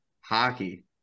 hockey